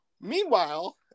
Meanwhile